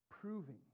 proving